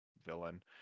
villain